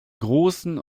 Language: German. großen